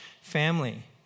family